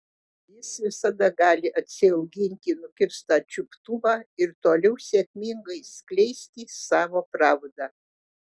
jis visada gali atsiauginti nukirstą čiuptuvą ir toliau sėkmingai skleisti savo pravdą